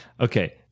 Okay